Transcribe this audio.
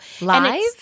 live